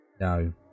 No